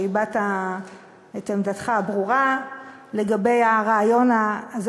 שהבעת את עמדתך הברורה לגבי הרעיון הזה,